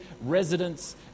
residents